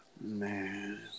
man